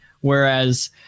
Whereas